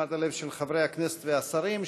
לתשומת הלב של חברי הכנסת והשרים,